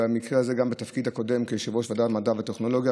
במקרה הזה בתפקיד הקודם כיושב-ראש ועדת המדע הטכנולוגיה,